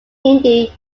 indy